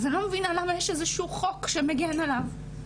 אז אני לא מבינה שיש איזשהו חוק שמגן עליו?